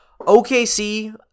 OKC